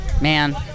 man